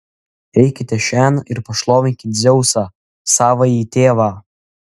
eikite šen ir pašlovinkit dzeusą savąjį tėvą